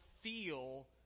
feel